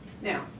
now